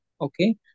Okay